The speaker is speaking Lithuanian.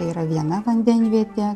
yra viena vandenvietė